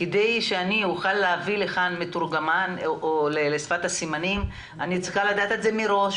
כדי שאוכל להביא לכאן מתורגמן לשפת הסימנים אני צריכה לדעת את זה מראש